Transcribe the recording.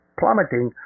plummeting